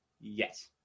Yes